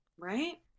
right